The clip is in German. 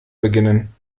beginnen